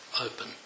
open